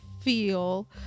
feel